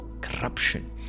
corruption